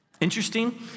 Interesting